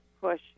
push